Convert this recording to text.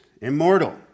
immortal